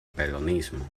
peronismo